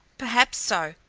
perhaps so,